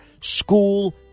school